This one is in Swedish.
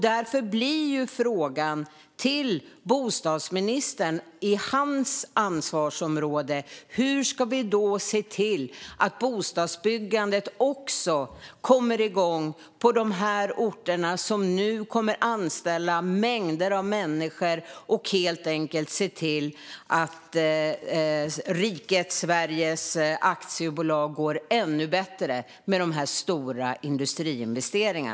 Därför blir frågan till bostadsministern med sitt ansvarsområde: Hur ska vi få igång bostadsbyggandet också på de orter som nu kommer att anställa mängder av människor och se till att Sveriges rikes aktiebolag går ännu bättre genom dessa stora industriinvesteringar?